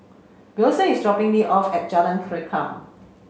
Wilson is dropping me off at Jalan Rengkam